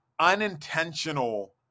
unintentional